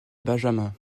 benjamin